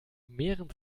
mehren